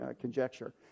conjecture